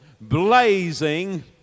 blazing